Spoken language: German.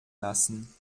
lassen